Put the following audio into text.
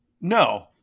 no